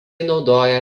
naudoja